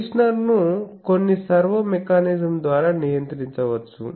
పొజిషనర్ను కొన్ని servo mechanism ద్వారా నియంత్రించవచ్చు